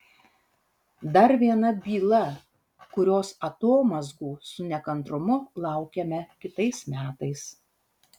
dar viena byla kurios atomazgų su nekantrumu laukiame kitais metais